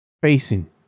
facing